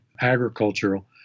agricultural